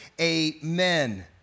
amen